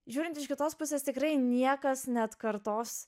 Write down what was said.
žiūrint iš kitos pusės tikrai niekas neatkartos